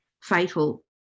fatal